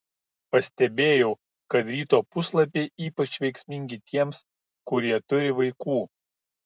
pastebėjau kad ryto puslapiai ypač veiksmingi tiems kurie turi vaikų